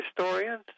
historians